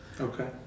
okay